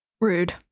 rude